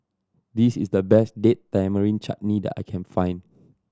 this is the best Date Tamarind Chutney that I can find